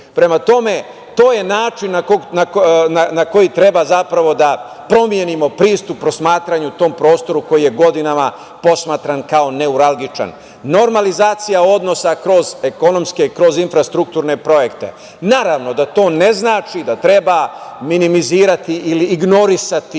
tome, to je način na koji treba promenimo pristup posmatranju tom prostoru koji je godinama posmatran kao neuralgičan. Normalizacija odnosa kroz ekonomske, kroz infrastrukturne projekte, naravno da to ne znači da treba minimizirati ili ignorisati